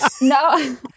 No